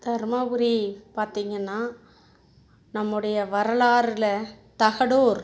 தருமபுரி பார்த்தீங்கன்னா நம்முடைய வரலாறில் தகடூர்